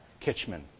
Kitchman